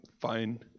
fine